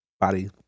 body